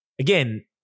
again